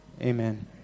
amen